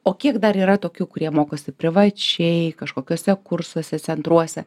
o kiek dar yra tokių kurie mokosi privačiai kažkokiuose kursuose centruose